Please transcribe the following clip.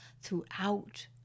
throughout